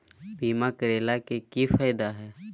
बीमा करैला के की फायदा है?